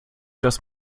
dass